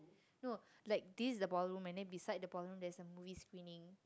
no like this is the ball room and then beside the ball room there is a movie screening